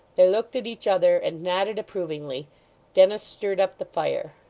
they looked at each other, and nodded approvingly dennis stirred up the fire.